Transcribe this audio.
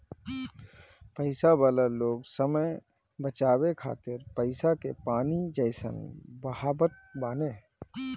पईसा वाला लोग समय बचावे खातिर पईसा के पानी जइसन बहावत बाने